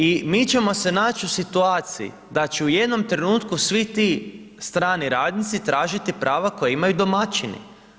I mi ćemo se naći u situaciji da će u jednom trenutku svi ti strani radnici tražiti prava koja imaju domaćini.